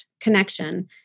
connection